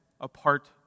apart